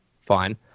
Fine